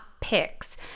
picks